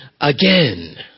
again